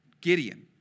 Gideon